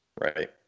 Right